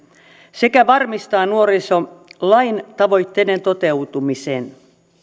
sekä varmistaa nuorisolain tavoitteiden toteutumisen